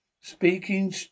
Speaking